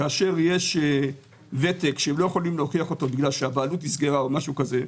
כאשר יש ותק שהם לא יכולים להוכיח אותו כי הבעלות נסגרה או משהו כזה,